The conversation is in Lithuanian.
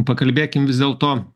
pakalbėkim vis dėlto